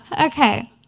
okay